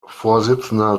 vorsitzender